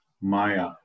Maya